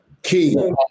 Key